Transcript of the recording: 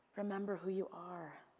remember who you are.